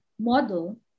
model